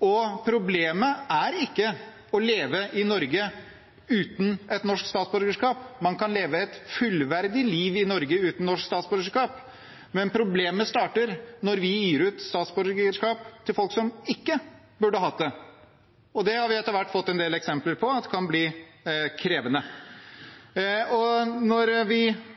får det. Problemet er ikke å leve i Norge uten et norsk statsborgerskap. Man kan leve et fullverdig liv i Norge uten norsk statsborgerskap, men problemet starter når vi gir statsborgerskap til folk som ikke burde hatt det. Det har vi etter hvert fått en del eksempler på at kan bli krevende. Når vi